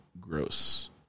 gross